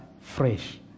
fresh